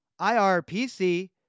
IRPC